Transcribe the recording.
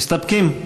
מסתפקים?